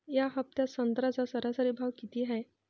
या हफ्त्यात संत्र्याचा सरासरी भाव किती हाये?